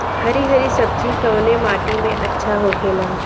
हरी हरी सब्जी कवने माटी में अच्छा होखेला?